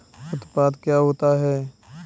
उत्पाद क्या होता है?